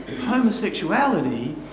Homosexuality